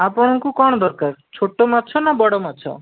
ଆପଣଙ୍କୁ କଣ ଦରକାର ଛୋଟ ମାଛ ନା ବଡ଼ ମାଛ